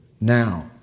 now